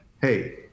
hey